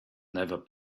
never